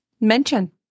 mention